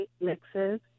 mixes